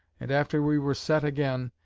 and after we were set again,